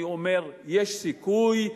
אני אומר: יש סיכוי,